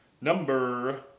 number